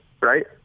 right